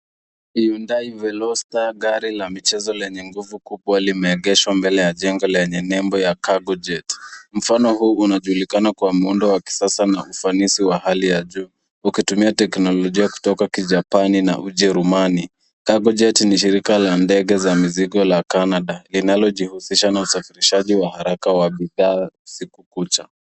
Hyundai Veloster gari la michezo lenye nguvu kubwa limeegeshwa mbele ya jengo lenye nembo Cargojet. Mfano huu unajulikana kwa muundo wa kisasa na ufanisi wa hali ya juu ukitumia teknolojia kutoka kijapani na ujerumani. Cargojet ni shirika la ndege za mizigo la Canada linalojihusisha na usafirishaji wa haraka wa bidhaa usiku kucha.